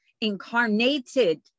incarnated